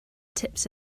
tips